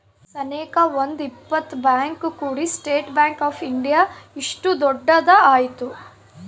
ಸನೇಕ ಒಂದ್ ಇಪ್ಪತ್ ಬ್ಯಾಂಕ್ ಕೂಡಿ ಸ್ಟೇಟ್ ಬ್ಯಾಂಕ್ ಆಫ್ ಇಂಡಿಯಾ ಇಷ್ಟು ದೊಡ್ಡದ ಆಯ್ತು